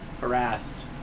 harassed